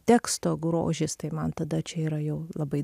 teksto grožis tai man tada čia yra jau labai